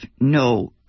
no